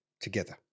together